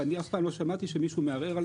ואני אף פעם לא שמעתי שמישהו מערער על